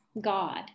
God